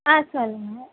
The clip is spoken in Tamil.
ஆ சொல்லுங்கள்